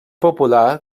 popular